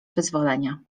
wyzwolenia